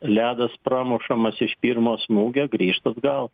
ledas pramušamas iš pirmo smūgio grįžt atgal